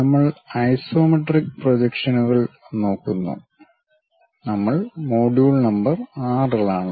നമ്മൾ ഐസോമെട്രിക് പ്രൊജക്ഷനുകൾ നോക്കുന്നു നമ്മൾ മൊഡ്യൂൾ നമ്പർ 6 ലാണ്